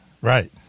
Right